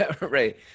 Right